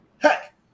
Heck